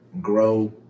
grow